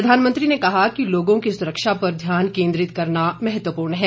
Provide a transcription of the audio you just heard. प्रधानमंत्री ने कहा कि लोगों की सुरक्षा पर ध्यान केन्द्रित करना महत्वपूर्ण है